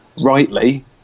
rightly